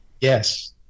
Yes